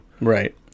Right